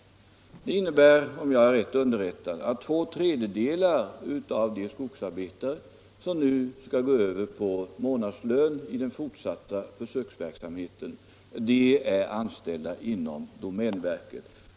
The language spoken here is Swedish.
Det innebär, om jag är riktigt underrättad, att två tredjedelar av de skogsarbetare som nu skall gå över till månadslön i den fortsatta försöksverksamheten är anställda inom domänverket.